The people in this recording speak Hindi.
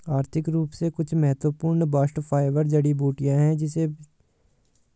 आर्थिक रूप से कुछ महत्वपूर्ण बास्ट फाइबर जड़ीबूटियां है जैसे भांग, तिसी, रेमी आदि है